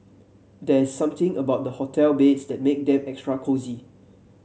there is something about hotel beds that make them extra cosy